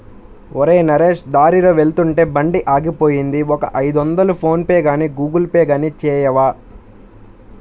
ఒరేయ్ నరేష్ దారిలో వెళ్తుంటే బండి ఆగిపోయింది ఒక ఐదొందలు ఫోన్ పేగానీ గూగుల్ పే గానీ చేయవా